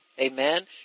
Amen